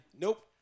Nope